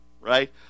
right